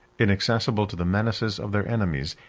inaccessible to the menaces of their enemies,